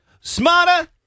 Smarter